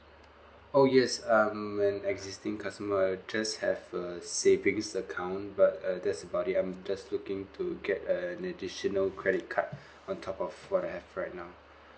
oh yes I'm an existing customer I just have a savings account but uh that's about it I'm just looking to get an additional credit card on top of what I have right now